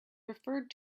referred